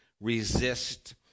resist